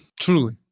Truly